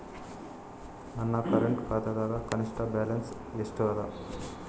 ನನ್ನ ಕರೆಂಟ್ ಖಾತಾದಾಗ ಕನಿಷ್ಠ ಬ್ಯಾಲೆನ್ಸ್ ಎಷ್ಟು ಅದ